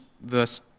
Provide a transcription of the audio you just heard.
verse